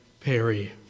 Perry